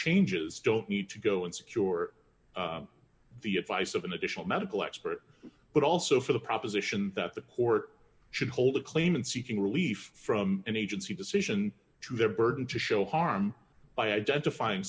changes don't need to go and secure the advice of an additional medical expert but also for the proposition that the court should hold the claimant seeking relief from an agency decision to their burden to show harm by identifying